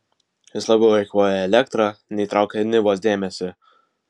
jis labiau eikvojo elektrą nei traukė nivos dėmesį